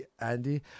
andy